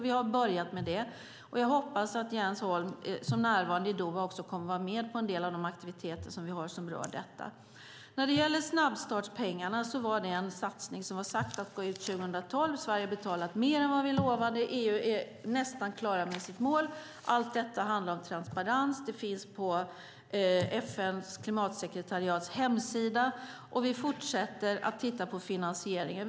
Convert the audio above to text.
Vi har börjat med det, och jag hoppas att Jens Holm som närvarande i Doha kommer att vara med på en del av de aktiviteter som vi har som rör detta. När det gäller snabbstartspengarna var det en satsning som det var sagt skulle gå ut 2012. Sverige har betalat mer än vi lovade, och EU är nästan klart med sitt mål. Allt detta handlar om transparens, och det finns på FN:s klimatsekretariats hemsida. Vi fortsätter titta på finansieringen.